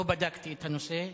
לא בדקתי את הנושא.